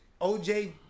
OJ